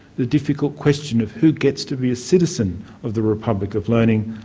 the difficult question of who gets to be a citizen of the republic of learning,